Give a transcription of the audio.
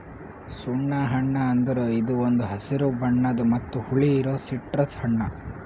ಸುಣ್ಣ ಹಣ್ಣ ಅಂದುರ್ ಇದು ಒಂದ್ ಹಸಿರು ಬಣ್ಣದ್ ಮತ್ತ ಹುಳಿ ಇರೋ ಸಿಟ್ರಸ್ ಹಣ್ಣ